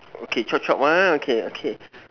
okay chop chop one okay okay